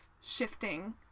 shifting